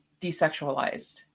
desexualized